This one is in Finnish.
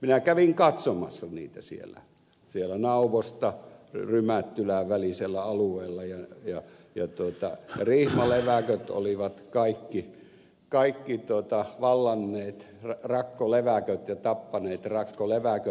minä kävin katsomassa vesiviljelyä siellä nauvon ja rymättylän välisellä alueella ja rihmaleväköt olivat kaikki vallanneet rakkoleväköt ja tappaneet rakkoleväköt